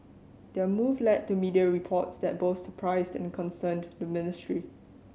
their move led to media reports that both surprised and concerned the ministry